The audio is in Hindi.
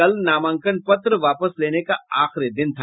कल नामांकन पत्र वापस लेने का आखिरी दिन था